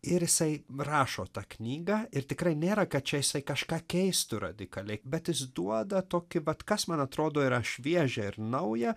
ir jisai rašo tą knygą ir tikrai nėra kad čia jisai kažką keistų radikaliai bet jis duoda tokį vat kas man atrodo yra šviežia ir nauja